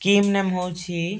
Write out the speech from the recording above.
scheme name ହେଉଛି